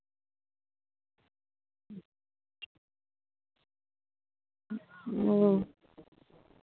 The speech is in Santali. ᱚ